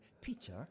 Peter